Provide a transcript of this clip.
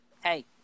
Hey